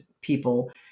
people